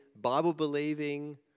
Bible-believing